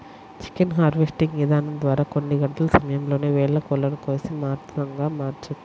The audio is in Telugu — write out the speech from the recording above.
చికెన్ హార్వెస్టింగ్ ఇదానం ద్వారా కొన్ని గంటల సమయంలోనే వేల కోళ్ళను కోసి మాంసంగా మార్చొచ్చు